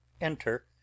Enter